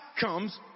comes